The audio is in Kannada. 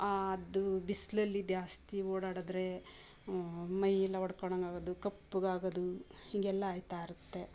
ಅದು ಬಿಸಿಲಲ್ಲಿ ಜಾಸ್ತಿ ಓಡಾಡಿದ್ರೆ ಮೈಯೆಲ್ಲ ಒಡ್ಕೊಣೊಂಗಾಗೋದು ಕಪ್ಪಗಾಗೋದು ಹೀಗೆಲ್ಲ ಆಗ್ತಾ ಇರುತ್ತೆ